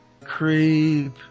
Creep